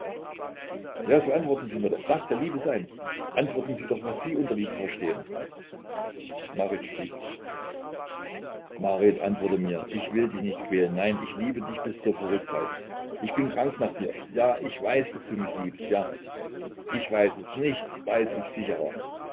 ja so antworten sie mir doch das soll liebe sein antworten sie doch was sie unter liebe verstehen marit schwieg marit antworte mir ich will dich nicht quälen nein ich liebe dich bis zur verrücktheit ich bin krank nach dir ja ich weiß daß du mich liebst ja ich weiß es nichts weiß ich sicherer